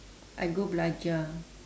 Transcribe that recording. I go belajar